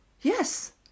Yes